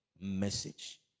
message